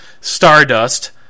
Stardust